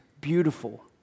beautiful